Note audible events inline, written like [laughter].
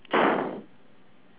[laughs]